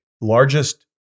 largest